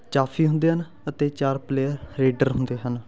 ਜਾਫੀ ਹੁੰਦੇ ਹਨ ਅਤੇ ਚਾਰ ਪਲੇਅਰ ਰੇਡਰ ਹੁੰਦੇ ਹਨ